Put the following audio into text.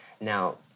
Now